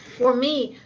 for me,